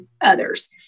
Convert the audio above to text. others